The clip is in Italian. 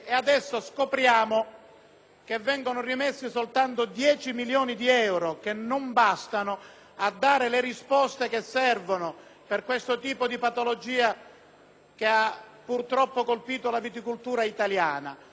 che vengono reinseriti soltanto 10 milioni di euro, che non bastano a dare le risposte che servono per questo tipo di patologia che ha purtroppo colpito la viticoltura italiana. Midomando come si potrà